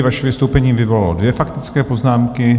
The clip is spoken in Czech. Vaše vystoupení vyvolalo dvě faktické poznámky.